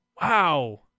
Wow